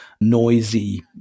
noisy